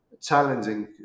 challenging